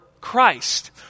Christ